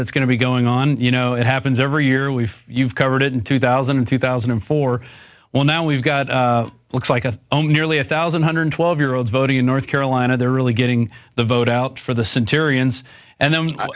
that's going to be going on you know it happens every year we've you've covered it in two thousand and two thousand and four well now we've got looks like a own nearly a thousand hundred twelve year olds voting in north carolina they're really getting the vote out for the